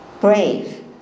brave